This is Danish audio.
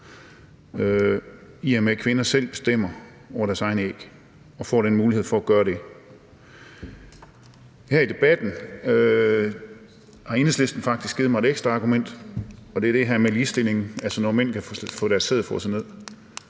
i og med at kvinder selv bestemmer over deres egne æg, altså at de her får muligheden for at gøre det. Her i debatten har Enhedslisten faktisk givet mig et ekstra argument, og det er det her med ligestillingen. Altså, når mænd kan få deres sæd frosset ned,